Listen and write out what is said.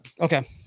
Okay